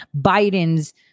Biden's